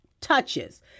touches